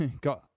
got